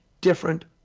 different